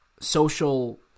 social